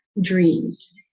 dreams